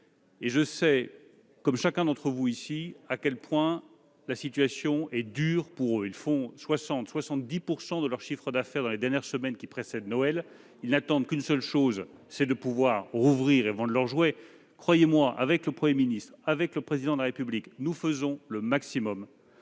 Je sais, comme chacun d'entre vous ici, à quel point la situation est difficile pour eux, qui font 60 % à 70 % de leur chiffre d'affaires dans les dernières semaines précédant Noël. Ils n'attendent qu'une seule chose : pouvoir rouvrir et vendre leurs jouets. Croyez-moi, avec le Premier ministre et le Président de la République, nous faisons le maximum